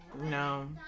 No